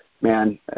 Man